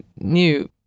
new